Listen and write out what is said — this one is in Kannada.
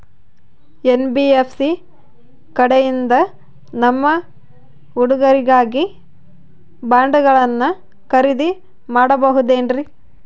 ಎನ್.ಬಿ.ಎಫ್.ಸಿ ಕಡೆಯಿಂದ ನಮ್ಮ ಹುಡುಗರಿಗಾಗಿ ಬಾಂಡುಗಳನ್ನ ಖರೇದಿ ಮಾಡಬಹುದೇನ್ರಿ?